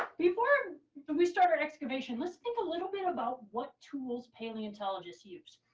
before but we start our excavation. let's think a little bit about what tools paleontologists use.